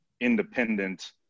independent